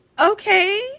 Okay